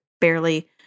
barely